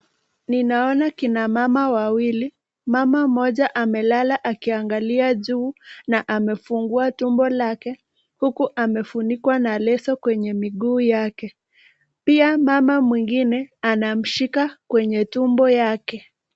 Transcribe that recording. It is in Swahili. Ninona kina mama wawili mama moja amelala akiangalia juu na amefungua tumbo lake huku amefunika na leso kwenye miguu yake, pia mama mwingine amemshika kwenye tumbo yake.